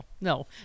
no